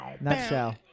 Nutshell